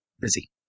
Busy